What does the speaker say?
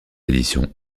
éditions